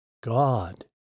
God